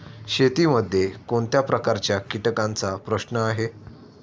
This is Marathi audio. शेतीमध्ये कोणत्या प्रकारच्या कीटकांचा प्रश्न आहे?